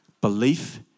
Belief